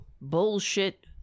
bullshit